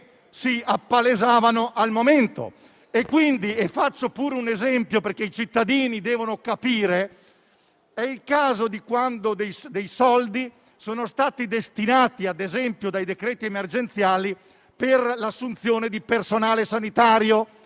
si appalesavano sul momento. Faccio anche un esempio, perché i cittadini devono capire, citando il caso di quando sono state destinate risorse, dai decreti emergenziali, per l'assunzione di personale sanitario.